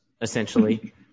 essentially